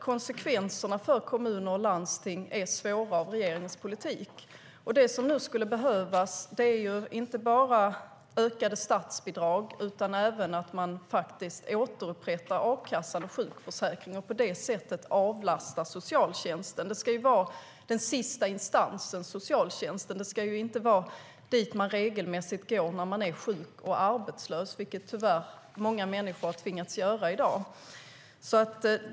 Konsekvenserna för kommuner och landsting av regeringens politik är svåra att hantera. Det som nu skulle behövas är inte bara ökade statsbidrag utan även att man återupprättar a-kassan och sjukförsäkringen och på det sättet avlastar socialtjänsten. Socialtjänsten ska vara den sista instansen. Det ska inte vara dit människor regelmässigt går när de är sjuka och arbetslösa, vilket många människor tyvärr tvingats göra i dag.